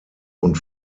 und